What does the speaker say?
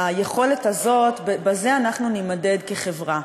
היכולת הזאת, בזה אנחנו נימדד כחברה.